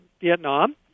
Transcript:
Vietnam